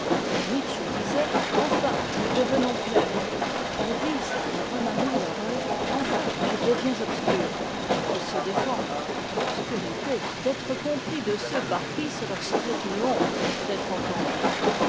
nietzsche disait enfin nous devenons clairs ils disent en remaniant leur œuvre enfin je deviens obscur ils se défendent par l'obscurité de l'indiscrétion de la foule ils se défendent par l'obscurité d'être compris de ceux par qui ce leur serait une honte d'être entendus